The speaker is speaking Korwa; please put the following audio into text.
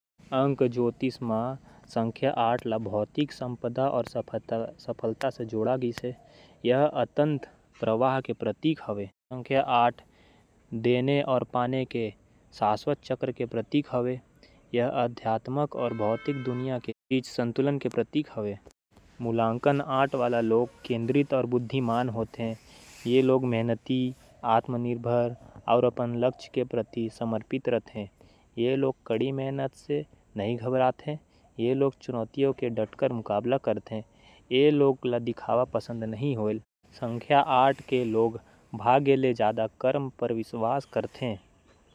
अंक शास्त्र म आठ नंबर के महत्ता हावय। संख्या आठ आध्यात्मिक अउ। भौतिक जगत के बीच संतुलन के प्रतीक हावय। ये संख्या अनंत प्रतीक ले जुड़े हावय। जेन लगातार संतुलन अउ कर्म ले मुक्ति के प्रतीक हावय। ये संख्या विजय समृद्धि अउ जीत के प्रतीक हावय। नंबर आठ ले जुड़े लोगन अनुशासित। जिम्मेदार केंद्रित अउ प्रेरित हावयं। आठ नंबर ले जुड़े लोगन मन काम करे म विशवास राखथे। आठवां नंबर ले जुड़े लोगन अपन लक्ष्य अउ। काम बर पूरा तरह ले समर्पित हे। आठवां नंबर ले जुड़े लोगन मन ल मजबूती ले। चुनौती के सामना करना पड़त हे। नंबर आठ ले जुड़े लोगन अपन फइसला म विश्वास करत हावयं अउ। अपन बुता के परिणाम के प्रति आत्मनिर्भर हावयं।